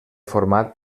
format